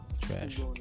Trash